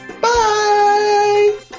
Bye